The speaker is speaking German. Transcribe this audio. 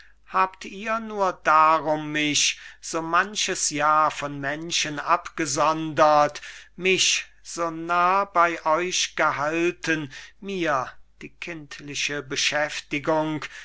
habt ihr nur darum mich so manches jahr von menschen abgesondert mich so nah bei euch gehalten mir die kindliche beschäftigung